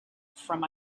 from